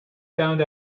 found